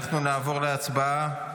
אנחנו נעבור להצבעה.